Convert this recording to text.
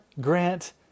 grant